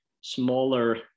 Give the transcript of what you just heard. smaller